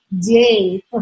day